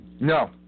No